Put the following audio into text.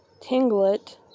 Tinglet